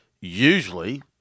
usually –